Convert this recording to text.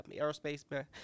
aerospace